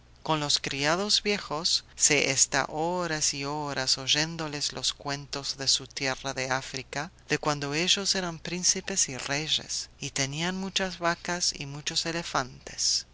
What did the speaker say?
con los criados viejos se está horas y horas oyéndoles los cuentos de su tierra de áfrica de cuando ellos eran príncipes y reyes y tenían muchas vacas y muchos elefantes